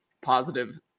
positive